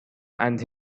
and